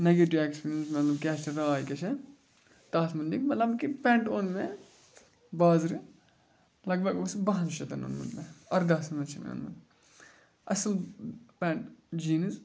negative experience مطلب کیاہ چھِ راے کیاہ چھےٚ تَتھ مطلِق مطلب کہِ پٮ۪نٛٹ اوٚن مےٚ بازرٕ لگ بگ اوس بَہَن شَتَن اوٚنمُت مےٚ اَرداہَس منٛز چھِ مےٚ اوٚنمُت اَصٕل پٮ۪نٛٹ جیٖنٕز